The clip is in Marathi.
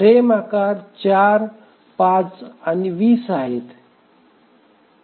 फ्रेम आकार 4 5 आणि 20 आहेत